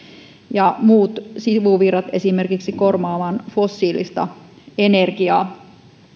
ja muut sivuvirrat esimerkiksi korvaamaan fossiilista energiaa